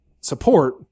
support